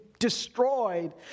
destroyed